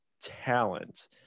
talent